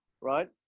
right